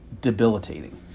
debilitating